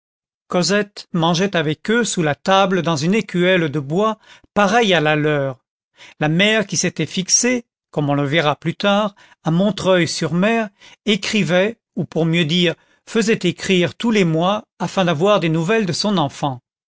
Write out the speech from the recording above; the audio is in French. cosette mangeait avec eux sous la table dans une écuelle de bois pareille à la leur la mère qui s'était fixée comme on le verra plus tard à montreuil sur mer écrivait ou pour mieux dire faisait écrire tous les mois afin d'avoir des nouvelles de son enfant